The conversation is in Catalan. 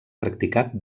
practicat